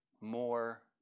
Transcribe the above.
more